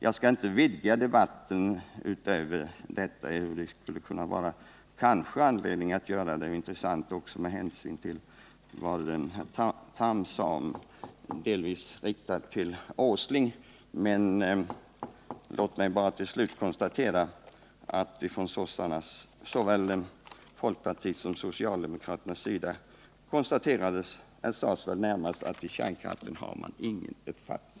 Jag skall inte vidga densamma utöver detta, ehuru det kanske skulle finnas anledning till det. Det skulle också vara intressant med anledning av vad Carl Tham sade, delvis riktat till centern och Nils Åsling. Tiden tillåter det dock inte. Låt mig bara till slut konstatera att från såväl folkpartiet som socialdemokraterna närmast anförts att i fråga om kärnkraften har man ingen uppfattning.